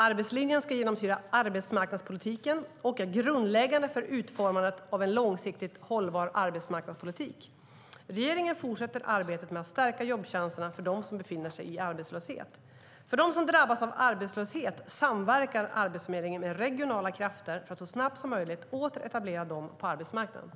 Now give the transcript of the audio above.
Arbetslinjen ska genomsyra arbetsmarknadspolitiken och är grundläggande för utformandet av en långsiktigt hållbar arbetsmarknadspolitik. Regeringen fortsätter arbetet med att stärka jobbchanserna för dem som befinner sig i arbetslöshet. För dem som drabbas av arbetslöshet samverkar Arbetsförmedlingen med regionala krafter för att så snabbt som möjligt åter etablera dem på arbetsmarknaden.